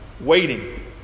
waiting